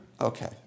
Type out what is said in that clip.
Okay